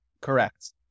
Correct